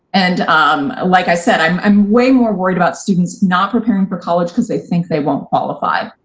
and um like i said, i'm i'm way more worried about students not preparing for college cause they think they won't qualify.